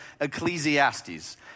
Ecclesiastes